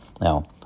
Now